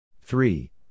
three